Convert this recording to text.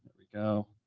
but we go.